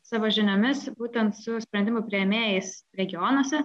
savo žiniomis būtent su sprendimų priėmėjais regionuose